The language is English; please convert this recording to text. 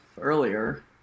earlier